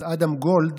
אז אדם גולד